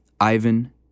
Ivan